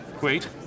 Wait